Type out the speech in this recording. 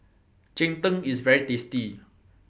Cheng Tng IS very tasty